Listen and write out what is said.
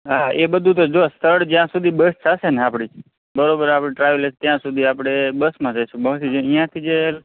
હા એ બધું તો જો સ્થળ જ્યાં સુધી બસ થશેને આપણી બરોબર આપણી ટ્રાવેલર્સ ત્યાં સુધી આપણે બસમાં રઈશું બાકી